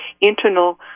internal